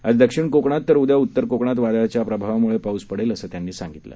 आज दक्षिण कोकणात तर उदया उत्तर कोकणात वादळाच्या प्रभावाम्ळे पाऊस पडेल असं त्यांनी सांगितलं